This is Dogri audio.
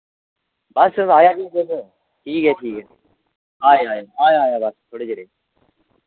बस आया ठीक ऐ ठीक ऐ आए आए आया आया बस थोह्ड़े चिरै